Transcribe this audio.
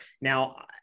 Now